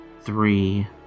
Three